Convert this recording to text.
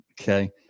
Okay